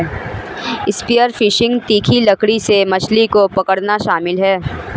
spear fishing तीखी लकड़ी से मछली को पकड़ना शामिल है